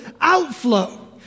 outflow